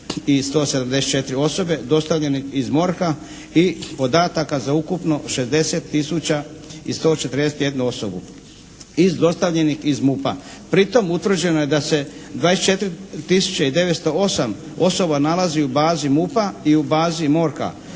454174 osobe dostavljeni iz MORH-a i podataka za ukupno 60141 osobu dostavljenih iz MUP-a. Pri tom, utvrđeno je da se 24908 osoba nalazi u bazi MUP-a i u bazi MORH-a.